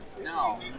No